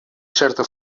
certa